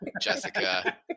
jessica